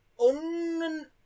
on